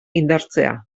indartzea